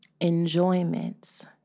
enjoyments